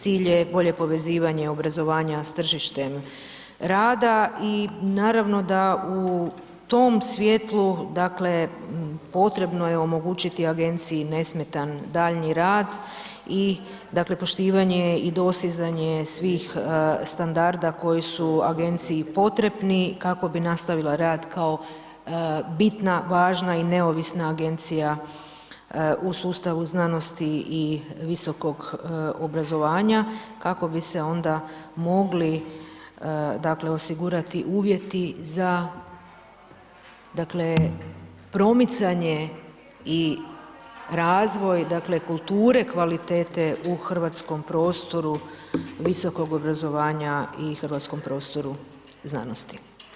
Cilj je bolje povezivanje obrazovanja s tržištem rada i naravno da u tom svijetlu dakle potrebno je omogućiti agenciji nesmetan daljnji rad i dakle poštivanje i dostizanje svih standarda koji su agenciji potrebni kako bi nastavila rad kao bitna, važna i neovisna agencija u sustavu znanosti i visokog obrazovanja, kako bi se onda mogli dakle osigurati uvjeti za, dakle promicanje i razvoj dakle kulture kvalitete u hrvatskom prostoru visokog obrazovanja i hrvatskom prostoru znanosti.